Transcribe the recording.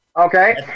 Okay